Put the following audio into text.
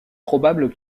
probable